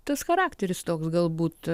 tas charakteris toks galbūt